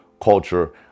culture